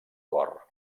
cor